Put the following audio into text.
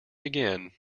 again